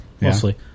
mostly